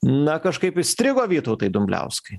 na kažkaip įstrigo vytautai dumbliauskai